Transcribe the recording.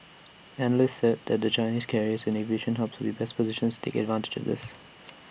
analysts said that the Chinese carriers and aviation hubs would be best positions to take advantage of this